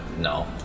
No